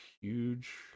huge